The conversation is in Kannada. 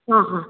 ಹಾಂ ಹಾಂ